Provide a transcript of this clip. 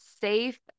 Safe